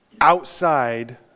Outside